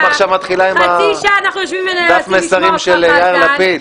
פעם מתחילה עכשיו עם דף המסרים של יאיר לפיד?